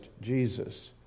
Jesus